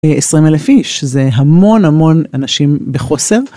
20 אלף איש זה המון המון אנשים בחוסר.